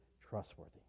trustworthy